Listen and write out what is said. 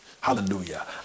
Hallelujah